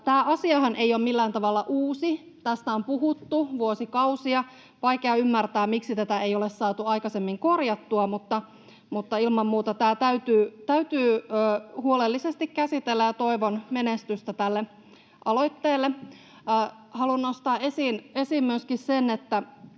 Tämä asiahan ei ole millään tavalla uusi, tästä on puhuttu vuosikausia, ja on vaikea ymmärtää, miksi tätä ei ole saatu aikaisemmin korjattua. [Juho Eerola: Ei edes viime kaudella!] Ilman muuta tämä täytyy huolellisesti käsitellä, ja toivon menestystä tälle aloitteelle. Haluan nostaa esiin myöskin sen, että